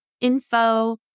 info